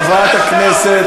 חברת הכנסת,